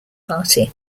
party